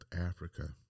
Africa